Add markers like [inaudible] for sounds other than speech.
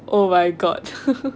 oh my god [laughs]